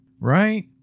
Right